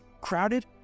crowded